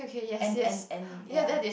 and and and ya